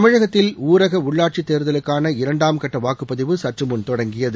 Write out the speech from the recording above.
தமிழகத்தில் ஊரக உள்ளாட்சி தேர்தலுக்கான இரண்டாம் கட்ட வாக்குப்பதிவு சற்றுமுன் தொடங்கியது